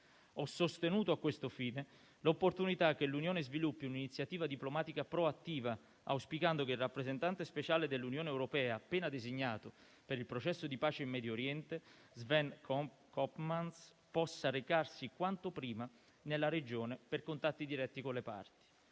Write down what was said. Ho sostenuto a questo fine l'opportunità che l'Unione sviluppi un'iniziativa diplomatica proattiva, auspicando che il rappresentante speciale dell'Unione europea appena disegnato per il processo di pace in Medio Oriente, Sven Koopmans, possa recarsi quanto prima nella Regione per contatti diretti con le parti.